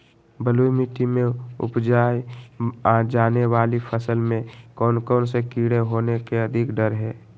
बलुई मिट्टी में उपजाय जाने वाली फसल में कौन कौन से कीड़े होने के अधिक डर हैं?